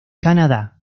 canadá